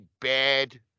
bad